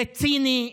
זה ציני.